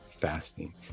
fasting